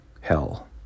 hell